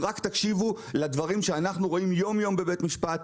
אם רק תקשיבו לדברים שאנחנו רואים יום יום בבית משפט,